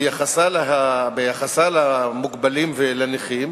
ביחסה למוגבלים ולנכים,